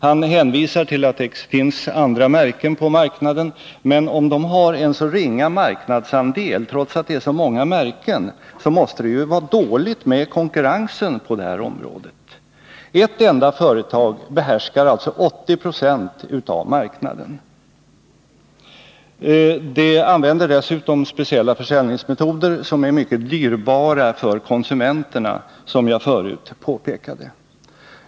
Han hänvisar till att det finns andra märken på marknaden, men om de har en så ringa marknadsandel, trots att det är så många märken, måste det ju vara dåligt med konkurrensen på det här området. Ett enda företag behärskar alltså 80 90 av marknaden. Företaget använder dessutom speciella försäljningsmetoder, vilka är mycket dyrbara för konsumenterna, som jag förut påpekade.